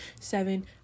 seven